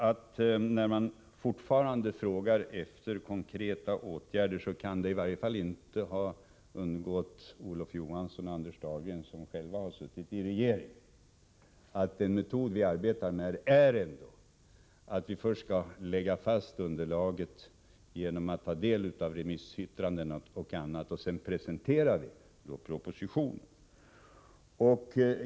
Eftersom man fortfarande frågar efter konkreta åtgärder, vill jag framhålla att det i varje fall inte kan ha undgått Olof Johansson och Anders Dahlgren, som ju har suttit i regering, att den metod man arbetar med är att först lägga fast underlaget genom att ta del av remissyttranden och annat och sedan presentera förslag i proposition.